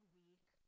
week